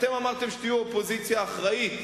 אתם אמרתם שתהיו אופוזיציה אחראית,